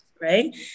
right